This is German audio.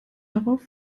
darauf